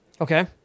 Okay